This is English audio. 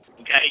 Okay